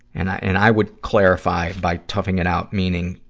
and i, and i would clarify, by toughing it out meaning,